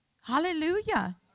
Hallelujah